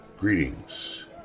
Greetings